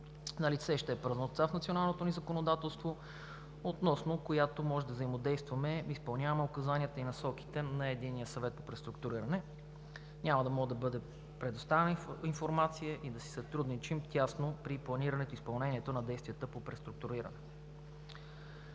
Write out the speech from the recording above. Налице ще е празнота в националното ни законодателство, относно която може да взаимодействаме и изпълняваме указанията и насоките на Единния съвет по преструктуриране. Няма да може да бъде предоставена информация и да си сътрудничим тясно при планирането и изпълнението на действията по преструктуриране.